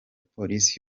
polisi